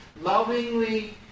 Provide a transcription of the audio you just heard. lovingly